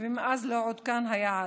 ומאז לא עודכן היעד.